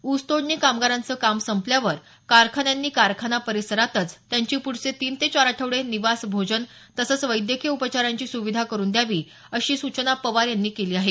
ऊसतोडणी कामगारांचं काम संपल्यावर कारखान्यांनी कारखाना परिसरातच त्यांची पुढचे तीन ते चार आठवडे निवास भोजन तसंच वैद्यकीय उपचारांची सुविधा करून द्यावी अशी सुचना पवार यांनी केली आहे